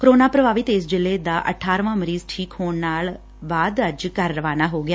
corona ਪ੍ਰਭਾਵਿਤ ਇਸ ਜ਼ਿਲ੍ਹੇ ਦਾ ਅਠਾਰਵਾਂ ਮਰੀਜ਼ ਠੀਕ ਹੋਣ ਬਾਅਦ ਅੱਜ ਘਰ ਰਵਾਨਾ ਹੋ ਗਿਆ